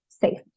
safe